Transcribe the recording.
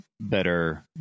better